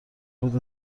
بود